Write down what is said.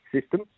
system